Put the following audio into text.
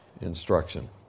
instruction